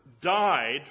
died